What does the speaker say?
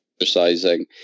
exercising